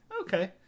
Okay